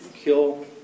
kill